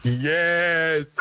Yes